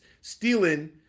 stealing